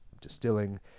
distilling